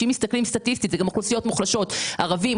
שאם מסתכלים סטטיסטית זה גם אוכלוסיות מוחלשות: ערבים,